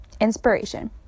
Inspiration